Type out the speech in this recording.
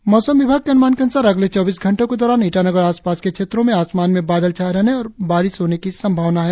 और अब मौसम मौसम विभाग के अनुमान के अनुसार अगले चौबीस घंटो के दौरान ईटानगर और आसपास के क्षेत्रो में आसमान में बादल छाये रहने और बारिश होने की संभावना है